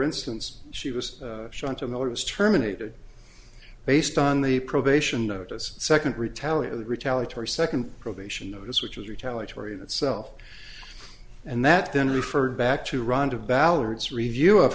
instance she was shown to miller was terminated based on the probation notice second retaliate retaliatory second probation notice which was retaliatory in itself and that then referred back to rhonda ballard's review of